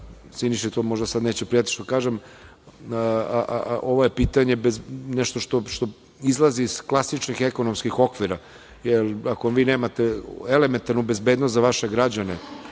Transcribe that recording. Siniši to možda sada neće prijati što kažem. Ovo je pitanje, nešto što izlazi iz klasičnih ekonomskih okvira. Ako vi nemate elementarnu bezbednost za vaše građane,